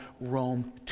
Rome